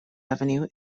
avenue